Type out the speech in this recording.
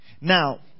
Now